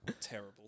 terrible